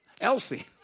Elsie